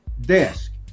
desk